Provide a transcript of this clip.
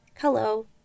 Hello